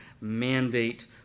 mandate